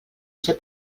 ser